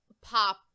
pop